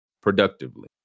productively